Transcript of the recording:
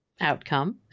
outcome